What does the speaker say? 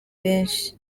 benshi